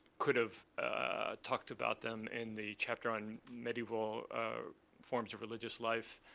could have talked about them in the chapter on medieval forms of religious life.